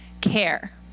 care